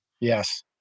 Yes